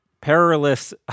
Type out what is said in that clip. perilous